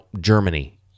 Germany